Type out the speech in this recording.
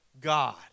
God